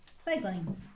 cycling